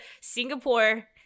Singapore